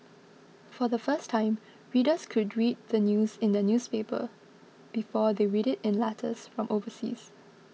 for the first time readers could read the news in their newspaper before they read it in letters from overseas